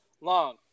long